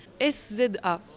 SZA